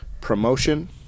promotion